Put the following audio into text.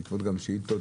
בעקבות גם שאילתות